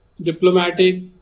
diplomatic